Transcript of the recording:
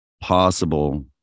possible